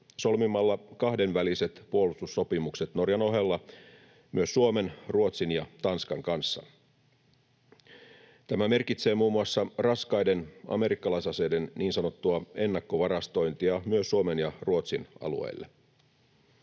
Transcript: solmimalla kahdenväliset puolustussopimukset Norjan ohella myös Suomen, Ruotsin ja Tanskan kanssa. Tämä merkitsee muun muassa raskaiden amerikkalaisaseiden niin sanottua ennakkovarastointia myös Suomen ja Ruotsin alueelle.